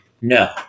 no